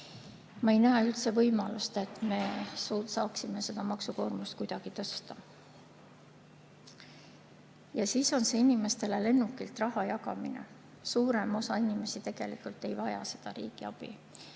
Ma ei näe võimalust, et me saaksime maksukoormust kuidagi tõsta. Siis see inimestele lennukilt raha jagamine – suurem osa inimesi tegelikult ei vaja seda riigiabi.